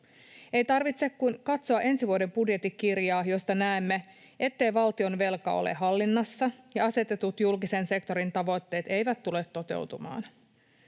Ei tarvitse kuin katsoa ensi vuoden budjettikirjaa, josta näemme, ettei valtionvelka ole hallinnassa eivätkä asetetut julkisen sektorin tavoitteet tule toteutumaan.